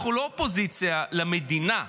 אנחנו לא אופוזיציה למדינה,